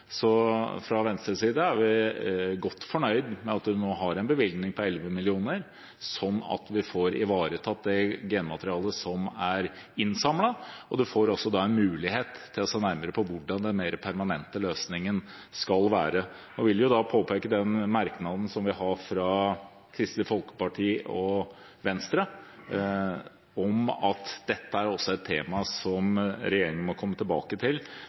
Fra Venstres side er vi godt fornøyd med at vi nå har en bevilgning på 11 mill. kr, slik at vi får ivaretatt det genmaterialet som er innsamlet. Man får også mulighet til å se nærmere på hvordan den mer permanente løsningen skal være. Jeg vil påpeke merknaden og forslaget som vi fra Kristelig Folkeparti og Venstre har, om at dette er et tema som regjeringen må komme tilbake til